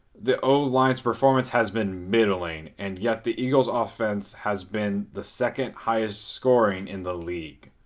the o-line's performance has been middling, and yet the eagles offense has been the second highest scoring in the league.